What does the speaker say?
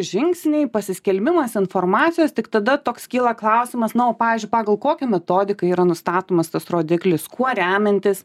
žingsniai pasiskelbimas informacijos tik tada toks kyla klausimas na o pavyzdžiui pagal kokią metodiką yra nustatomas tas rodiklis kuo remiantis